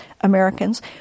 Americans